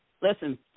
listen